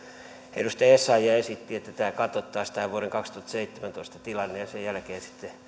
edustaja essayah esitti että katsottaisiin tämä vuoden kaksituhattaseitsemäntoista tilanne ja sen jälkeen